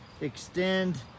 extend